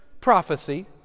prophecy